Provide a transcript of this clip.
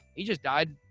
he just died,